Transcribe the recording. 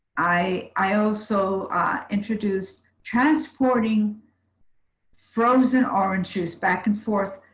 i i also introduced transporting frozen orange juice, back and forth,